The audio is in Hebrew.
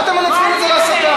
מה אתם מנצלים את זה להסתה?